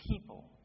people